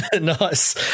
Nice